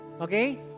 okay